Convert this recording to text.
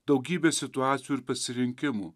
daugybė situacijų ir pasirinkimų